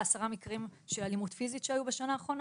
מקרה שני של עוד רופא שאיימו עליו ברצח,